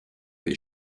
des